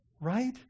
right